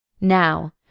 Now